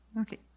Okay